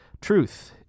Truth